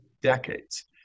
decades